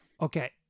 okay